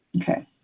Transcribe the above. okay